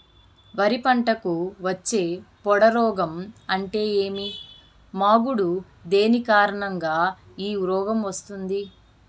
వరి పంటకు వచ్చే పొడ రోగం అంటే ఏమి? మాగుడు దేని కారణంగా ఈ రోగం వస్తుంది?